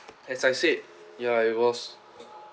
as I said ya it was